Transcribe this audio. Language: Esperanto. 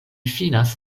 finas